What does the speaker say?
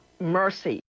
Mercy